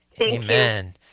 Amen